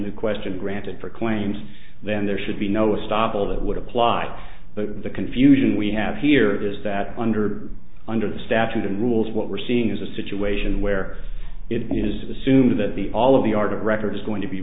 new question granted for claims then there should be no stoppel that would apply but the confusion we have here is that under under the statute and rules what we're seeing is a situation where it is assumed that the all of the art of record is going to be